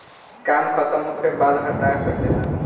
काम खतम होखे बाद हटा सके ला